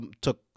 took